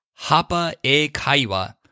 hapa-e-kaiwa